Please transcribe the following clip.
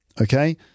Okay